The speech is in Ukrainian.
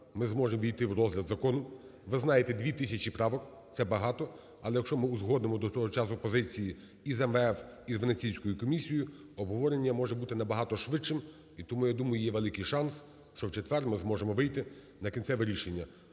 ми зможемо увійти в розгляд закону. Ви знаєте, 2 тисячі правок, це багато. Але, якщо ми узгодимо до цього часу позиції із МВФ і з Венеційською комісією, обговорення може бути набагато швидшим, і тому, я думаю, є великий шанс, що в четвер ми зможемо вийти на кінцеве рішення.